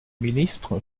ministre